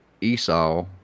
Esau